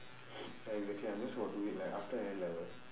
ya exactly I'm just going to do it like after her N level